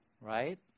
Right